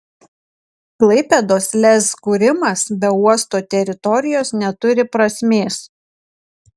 klaipėdos lez kūrimas be uosto teritorijos neturi prasmės